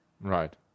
Right